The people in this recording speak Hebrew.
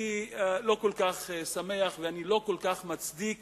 אני לא כל כך שמח, ואני לא כל כך מצדיק